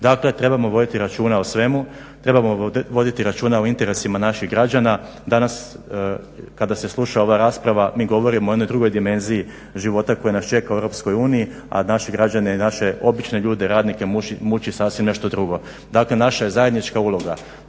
Dakle, trebamo voditi računa o svemu, trebamo voditi računa o interesima naših građana. Danas kada se sluša ova rasprava mi govorimo o jednoj drugoj dimenziji života koji nas čeka u EU, a naše građane i naše obične ljude, radnike muči sasvim nešto drugo. Dakle, naša je zajednička uloga,